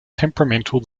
temperamental